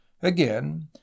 Again